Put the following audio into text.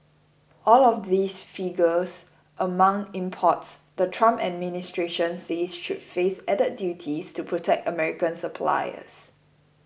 all of these figures among imports the Trump administration says should face added duties to protect American suppliers